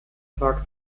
tag